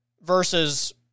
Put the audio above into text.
versus